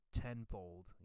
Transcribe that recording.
tenfold